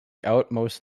outermost